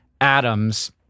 atoms